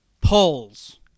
polls